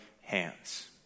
hands